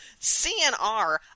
CNR